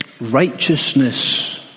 righteousness